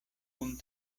kun